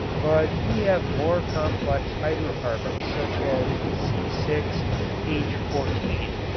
but we have more complex hydrocarbons such as c six h fourteen,